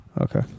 okay